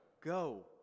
go